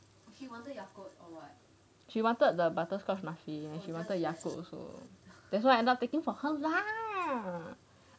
she wanted the butterscotch muffin she wanted yakult also that's why I end up taking for her lah